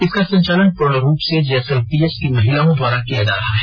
इसका संचालन पूर्ण रूप से जेएसएलपीएस की महिलाओं द्वारा किया जा रहा है